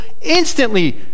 instantly